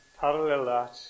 parallel